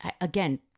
again